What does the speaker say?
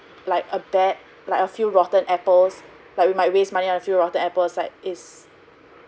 like a bad like a few rotten apples like we might waste money on a few rotten apples like it's